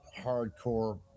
hardcore